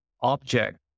object